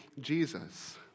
Jesus